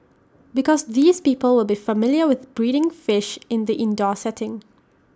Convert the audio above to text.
because these people will be familiar with breeding fish in the indoor setting